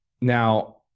Now